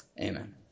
Amen